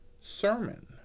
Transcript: Sermon